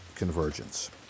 Convergence